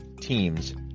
teams